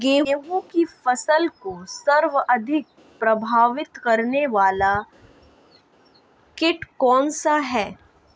गेहूँ की फसल को सर्वाधिक प्रभावित करने वाला कीट कौनसा है?